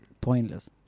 pointless